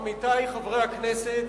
עמיתי חברי הכנסת,